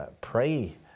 pray